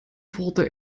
wurde